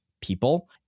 people